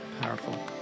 powerful